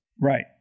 Right